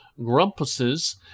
grumpuses